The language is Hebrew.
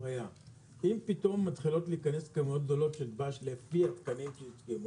אם פתאום מתחילות להיכנס כמויות גדולות של דבש לפי התקנים שיותקנו